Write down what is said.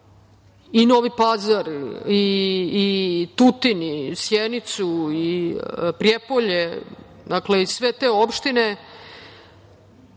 i Novi Pazar, i Tutin, i Sjenicu, i Prijepolje, dakle, i sve te opštine.